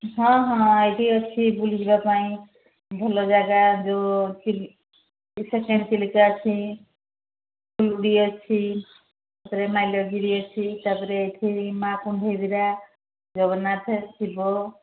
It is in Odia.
ହଁ ହଁ ଏଠି ଅଛି ବୁଲିଯିବା ପାଇଁ ଭଲ ଜାଗା ଯୋଉ ସେକେଣ୍ଡ ଚିଲିକା ଅଛି ଅଛି ତାପରେ ମାାଇଲଗିରି ଅଛି ତାପରେ ଏଠି ମା ଜଗନ୍ନାଥ ଥିବ